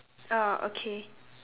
oh okay